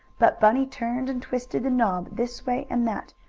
but bunny turned and twisted the knob, this way and that.